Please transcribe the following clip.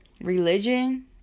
religion